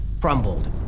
crumbled